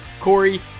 Corey